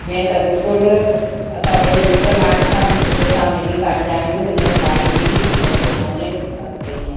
में त बिल्कुलु असां पंहिंजे मिटु माइट सां बि सुठे सां मिली पाईंदा आह्यूंहि हिन में काई बि शक़ु कोन्हे सभु सही आहे